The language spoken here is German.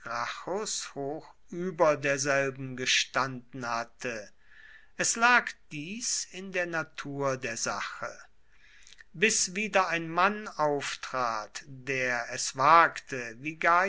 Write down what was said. hoch über derselben gestanden hatte es lag dies in der natur der sache bis wieder ein mann auftraf der es wagte wie gaius